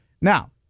Now